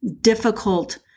difficult